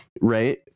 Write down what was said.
right